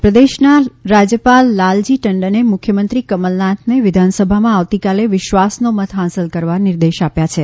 મધ્ય પ્રદેશના રાજ્યપાલ લાલજી ટંડને મુખ્યમંત્રી કમલનાથને વિધાનસભામાં આવતીકાલે વિશ્વાસનો મત હાંસલ કરવા નિર્દેશ આપ્યા છે